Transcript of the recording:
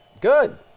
Good